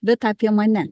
bet apie mane